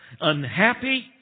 unhappy